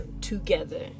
together